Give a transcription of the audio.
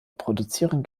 produzieren